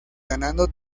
ganando